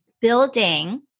building